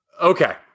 Okay